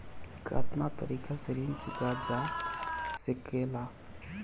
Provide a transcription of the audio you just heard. कातना तरीके से ऋण चुका जा सेकला?